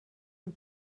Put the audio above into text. and